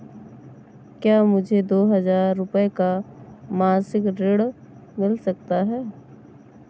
क्या मुझे दो हजार रूपए का मासिक ऋण मिल सकता है?